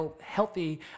healthy